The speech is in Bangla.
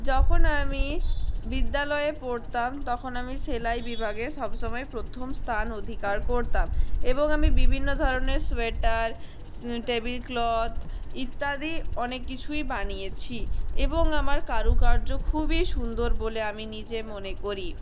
যখন আমি বিদ্যালয়ে পড়তাম তখন আমি সেলাই বিভাগে সবসময় প্রথম স্থান অধিকার করতাম এবং আমি বিভিন্ন ধরনের সোয়েটার টেবিল ক্লথ ইত্যাদি অনেক কিছুই বানিয়েছি এবং আমার কারুকার্য খুবই সুন্দর বলে আমি নিজে মনে করি